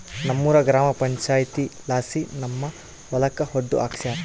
ನಮ್ಮೂರ ಗ್ರಾಮ ಪಂಚಾಯಿತಿಲಾಸಿ ನಮ್ಮ ಹೊಲಕ ಒಡ್ಡು ಹಾಕ್ಸ್ಯಾರ